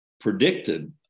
Predicted